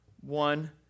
one